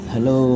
Hello